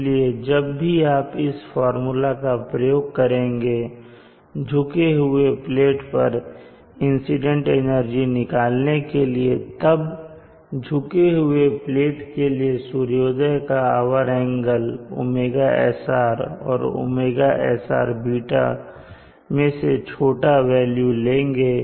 इसलिए जब भी आप इस फार्मूला का प्रयोग करेंगे झुके हुए प्लेट पर इंसीडेंट एनर्जी निकालने के लिए तब झुके हुए प्लेट के लिए सूर्योदय का आवर एंगल ωsr और ωsrß मे से छोटा वेल्यू लेंगे